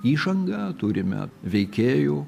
įžangą turime veikėjų